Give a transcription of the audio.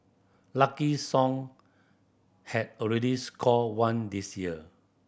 Lucky Song had already scored one this year